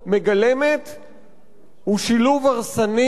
הוא שילוב הרסני לעתידה של ישראל.